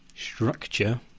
Structure